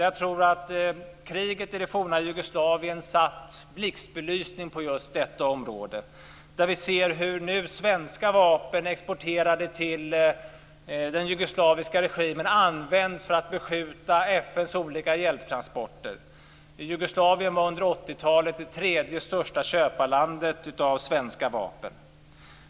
Jag tror att kriget i det forna Jugoslavien har satt blixtbelysning på just detta område. Vi ser nu hur svenska vapen, exporterade till den jugoslaviska regimen, används för att beskjuta FN:s olika hjälptransporter. Jugoslavien var under 1980-talet det tredje största köparlandet när det gäller svenska vapen.